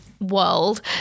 world